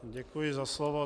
Děkuji za slovo.